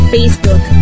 Facebook